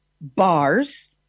bars